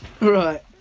right